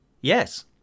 Yes